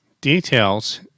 details